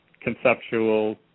conceptual